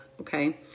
Okay